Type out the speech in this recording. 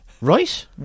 Right